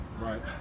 Right